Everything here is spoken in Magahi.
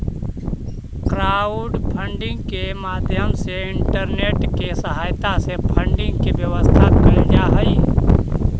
क्राउडफंडिंग के माध्यम से इंटरनेट के सहायता से फंडिंग के व्यवस्था कैल जा हई